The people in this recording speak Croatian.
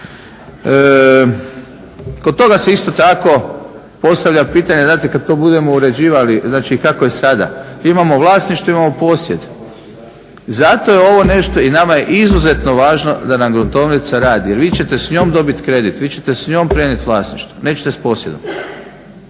kad to budemo uređivali, znači kako je sada. Imamo vlasništvo, imamo posjed. Zato je ovo nešto i nama je izuzetno važno da nam gruntovnica radi jer vi ćete s njom dobit kredit, vi ćete s njom prenijet vlasništvo, nećete s posjedom.